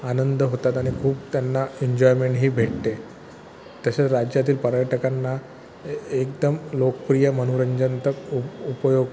आनंद होतात आणि खूप त्यांना एन्जॉयमेणही भेटते तसंच राज्यातील पर्यटकांना ए एकदम लोकप्रिय मनोरंजन तर उप उपयोग